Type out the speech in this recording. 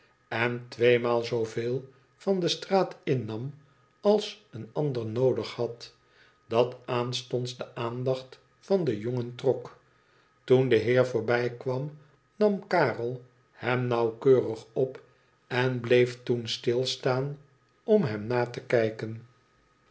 en tweemaal zooveel van de straat innam als een ander noodig had dat aanstonds de aandacht van den jongen trok toen de heer voorbijkwam nam karel hem nauw keurig op en bleef toen stilstaan om hem na te kijken